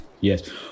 Yes